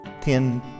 ten